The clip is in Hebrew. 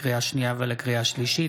לקריאה שנייה ולקריאה שלישית,